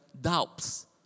doubts